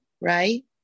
right